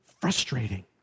frustrating